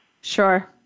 Sure